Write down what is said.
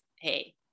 hey